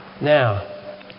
Now